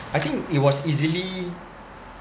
I think it was easily